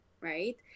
right